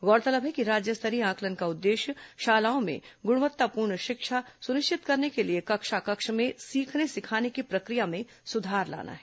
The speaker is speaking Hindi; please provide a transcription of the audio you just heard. गौरतलब है कि राज्य स्तरीय आंकलन का उद्देश्य शालाओं में गुणवत्तापूर्ण शिक्षा सुनिश्चित करने के लिए कक्षा कक्ष में सीखने सिखाने की प्रक्रिया में सुधार लाना है